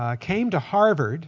ah came to harvard